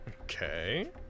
Okay